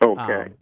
Okay